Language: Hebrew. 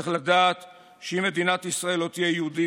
צריך לדעת שאם מדינת ישראל לא תהיה יהודית,